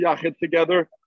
together